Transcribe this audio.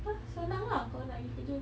apa senang lah kalau nak pergi kerja